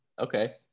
okay